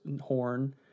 horn